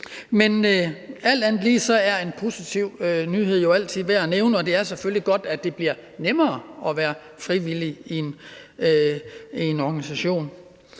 Men alt andet lige er en positiv nyhed jo altid værd at nævne, og det er selvfølgelig godt, at det bliver nemmere at være frivillig i en organisation.